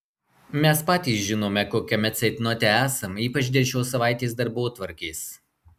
mes patys žinome kokiame ceitnote esam ypač dėl šios savaitės darbotvarkės